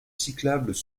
cyclables